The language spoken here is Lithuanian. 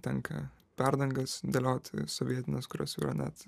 tenka perdangas dėlioti sovietines kurios yra net